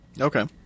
Okay